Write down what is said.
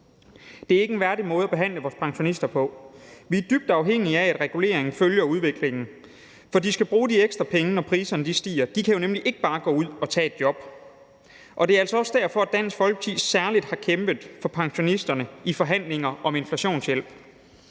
det er ikke en værdig måde at behandle vores pensionister på. Vi er dybt afhængige af, at reguleringen følger udviklingen, for de skal bruge de ekstra penge, når priserne stiger, for de kan jo nemlig ikke bare gå ud og tage et job. Det er altså også derfor, at Dansk Folkeparti særlig har kæmpet for pensionisterne i forhandlinger om inflationshjælp.